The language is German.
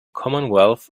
commonwealth